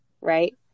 right